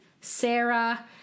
Sarah